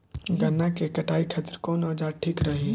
गन्ना के कटाई खातिर कवन औजार ठीक रही?